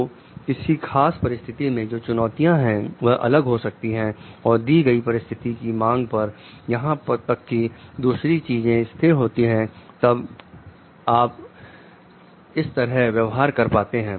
तो किसी खास परिस्थितियों में जो चुनौतियां हैं वह अलग हो सकती हैं और दी हुई परिस्थिति की मांग पर यहां तक कि दूसरी चीजें स्थिर होती हैं तब आप इस तरह व्यवहार कर पाते हैं